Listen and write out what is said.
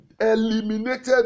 eliminated